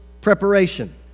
preparation